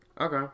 Okay